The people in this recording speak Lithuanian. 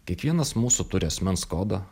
kiekvienas mūsų turi asmens kodą